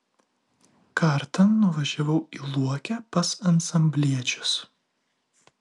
kartą nuvažiavau į luokę pas ansambliečius